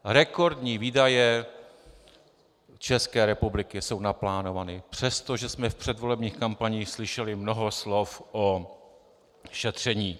Rekordní výdaje České republiky jsou naplánovány, přestože jsme v předvolebních kampaních slyšeli mnoho slov o šetření.